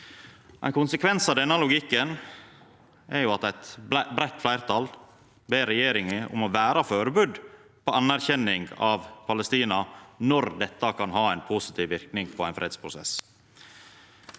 Ein konsekvens av denne logikken er at eit breitt fleirtal ber regjeringa om å vera førebudd på anerkjenning av Palestina når dette kan ha ein positiv verknad på ein fredsprosess.